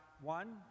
one